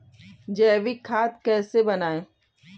जैविक खाद कैसे बनाएँ?